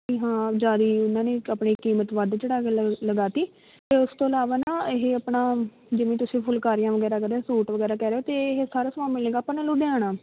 ਵੀ ਹਾਂ ਜ਼ਿਆਦਾ ਹੀ ਉਹਨਾਂ ਨੇ ਆਪਣੀ ਕੀਮਤ ਵੱਧ ਚੜ੍ਹਾ ਕੇ ਲਗ ਲਗਾ ਤੀ ਅਤੇ ਉਸ ਤੋਂ ਇਲਾਵਾ ਨਾ ਇਹ ਆਪਣਾ ਜਿਵੇਂ ਤੁਸੀਂ ਫੁਲਕਾਰੀਆਂ ਵਗੈਰਾ ਕਦੇ ਸੂਟ ਵਗੈਰਾ ਕਹਿ ਰਹੇ ਹੋ ਅਤੇ ਇਹ ਸਾਰਾ ਸਮਾਨ ਮਿਲੇਗਾ ਆਪਾਂ ਨੂੰ ਲੁਧਿਆਣਾ